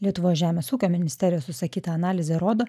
lietuvos žemės ūkio ministerijos užsakyta analizė rodo